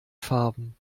farben